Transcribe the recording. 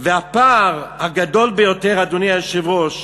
הפער הגדול ביותר, אדוני היושב-ראש,